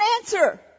answer